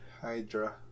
Hydra